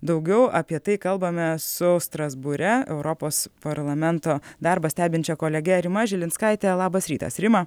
daugiau apie tai kalbame su strasbūre europos parlamento darbą stebinčia kolege rima žilinskaite labas rytas rima